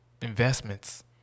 investments